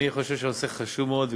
אני חושב שהנושא חשוב מאוד.